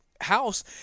house